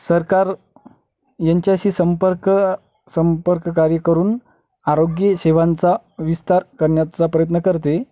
सरकार यांच्याशी संपर्क संपर्ककार्य करून आरोग्यसेवांचा विस्तार करण्याचा प्रयत्न करते